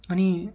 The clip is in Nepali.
अनि